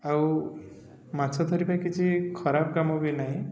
ଆଉ ମାଛ ଧରିବା କିଛି ଖରାପ କାମ ବି ନାହିଁ